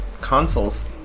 consoles